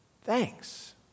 thanks